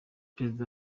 perezida